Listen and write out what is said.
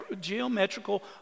geometrical